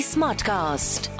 Smartcast